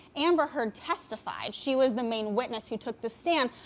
amber heard testified. she was the main witness who took the stand,